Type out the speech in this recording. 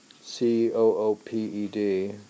C-O-O-P-E-D